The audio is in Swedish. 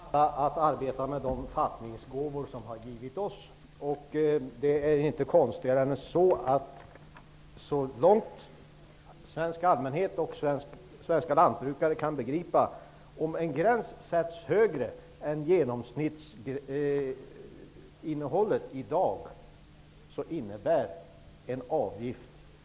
Herr talman! Vi har alla att arbeta med de fattningsgåvor som har givits oss. Så långt den svenska allmänheten och de svenska lantbrukarna kan begripa innebär en avgift icke en aktiv styrning om gränsen sätts på en högre nivå än vad som i dag är en genomsnittlig nivå för innehållet av kadmium.